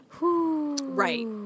Right